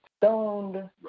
stoned